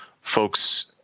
folks